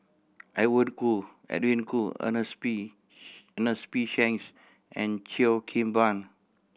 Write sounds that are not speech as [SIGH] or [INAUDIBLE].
[UNINTELLIGIBLE] Edwin Koo Ernest P Ernest P Shanks and Cheo Kim Ban